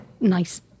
nice